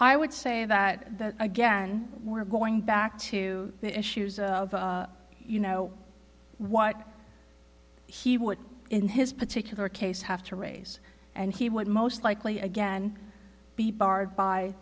i would say that that again we're going back to issues of you know what he would in his particular case have to raise and he would most likely again be barred by